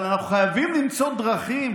אבל אנחנו חייבים למצוא דרכים